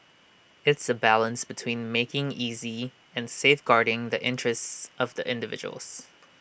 it's A balance between making easy and safeguarding the interests of the individuals